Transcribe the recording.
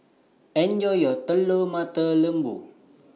Enjoy your Telur Mata Lembu